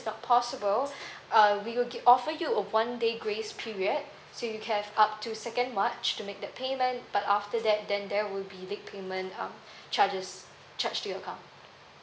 is not possible uh we will give offer you a one day grace period so you can have up to second march to make that payment but after that then there will be late payment um charges charge your account